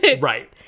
right